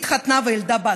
התחתנה וילדה בת.